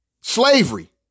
slavery